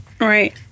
Right